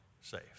safe